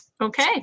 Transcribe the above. Okay